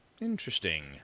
Interesting